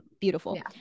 Beautiful